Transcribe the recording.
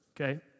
Okay